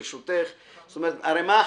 הרי מה החשש?